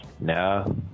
No